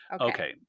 Okay